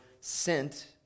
sent